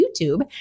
YouTube